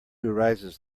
rises